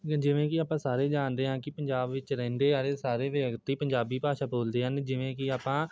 ਜਿਵੇਂ ਕਿ ਆਪਾਂ ਸਾਰੇ ਜਾਣਦੇ ਹਾਂ ਕਿ ਪੰਜਾਬ ਵਿੱਚ ਰਹਿੰਦੇ ਆ ਰਹੇ ਸਾਰੇ ਵਿਅਕਤੀ ਪੰਜਾਬੀ ਭਾਸ਼ਾ ਬੋਲਦੇ ਹਨ ਜਿਵੇਂ ਕਿ ਆਪਾਂ